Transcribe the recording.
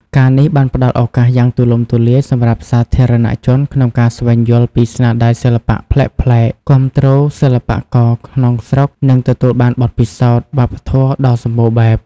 ការណ៍នេះបានផ្តល់ឱកាសយ៉ាងទូលំទូលាយសម្រាប់សាធារណជនក្នុងការស្វែងយល់ពីស្នាដៃសិល្បៈប្លែកៗ គាំទ្រសិល្បករក្នុងស្រុក និងទទួលបានបទពិសោធន៍វប្បធម៌ដ៏សម្បូរបែប។